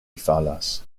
falas